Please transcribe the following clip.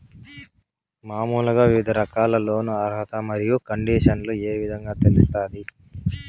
మామూలుగా వివిధ రకాల లోను అర్హత మరియు కండిషన్లు ఏ విధంగా తెలుస్తాది?